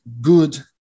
good